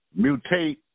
mutate